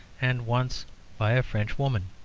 and once by a frenchwoman.